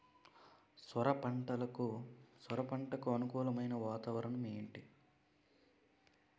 సొర పంటకు అనుకూలమైన వాతావరణం ఏంటి?